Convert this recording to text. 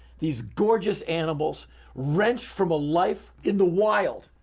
these gorgeous animals wrenched from a life in the wild,